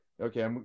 okay